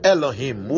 Elohim